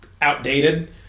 Outdated